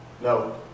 no